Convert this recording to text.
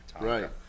right